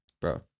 bro